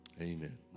amen